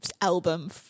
album